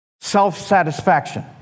self-satisfaction